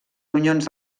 ronyons